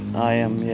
i am, yes.